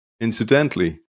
Incidentally